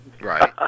Right